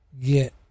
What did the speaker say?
get